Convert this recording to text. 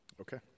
Okay